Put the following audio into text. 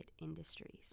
industries